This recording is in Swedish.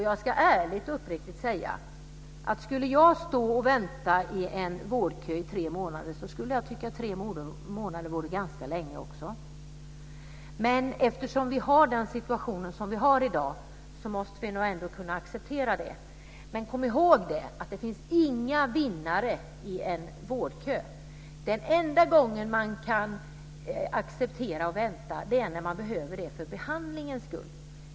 Jag ska ärligt och uppriktigt säga att jag tycker tre månader är lång tid att vänta i en kö. Men eftersom vi har den situation vi har i dag, måste vi ändå acceptera det. Kom ihåg att det finns inga vinnare i en vårdkö. Den enda gången man kan acceptera att vänta är om det behövs för behandlingens skull.